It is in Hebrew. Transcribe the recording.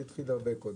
זה התחיל הרבה קודם.